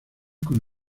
con